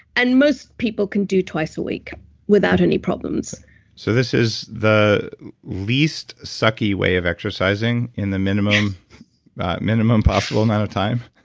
and most people can do twice a week without any problems so this is the least sucky way of exercising in the minimum minimum possible amount of time?